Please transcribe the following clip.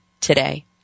today